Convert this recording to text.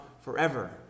forever